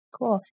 Cool